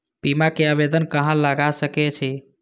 बीमा के आवेदन कहाँ लगा सके छी?